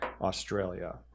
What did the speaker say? Australia